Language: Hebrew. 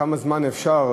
כמה זמן אפשר?